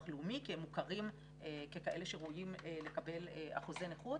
לאומי כי הם מוכרים ככאלה שראויים לקבל אחוזי נכות,